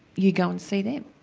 you go and see them.